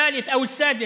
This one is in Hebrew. השלישי או השישי.